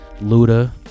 Luda